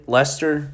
Lester